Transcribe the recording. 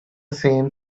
same